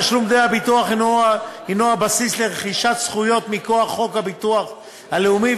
תשלום דמי הביטוח הנו הבסיס לרכישת זכויות מכוח חוק הביטוח הלאומי,